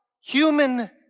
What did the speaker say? human